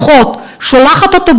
מאסר?